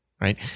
right